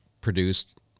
produced